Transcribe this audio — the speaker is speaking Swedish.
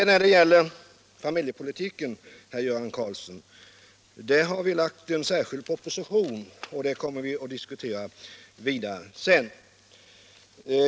När det gäller familjepolitiken, herr Göran Karlsson, har vi lagt fram en särskild proposition, som vi senare kommer att diskutera vidare.